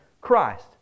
Christ